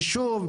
ישוב,